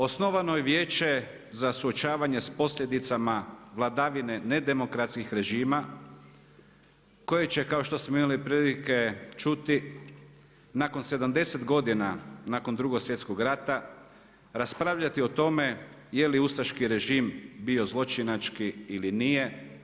Osnovano je Vijeće za suočavanje sa posljedicama vladavine nedemokratskih režima koje će kao što smo imali prilike čuti nakon 70 godina nakon Drugog svjetskog rata raspravljati o tome je li ustaški režim bio zločinački ili nije.